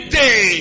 day